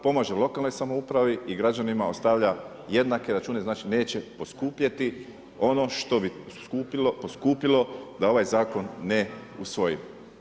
Pomaže lokalnoj samoupravi i građanima ostavlja jednake račune znači neće poskupjeti ono što bi poskupilo da ovaj zakon ne usvojimo.